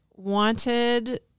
Wanted